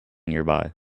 nearby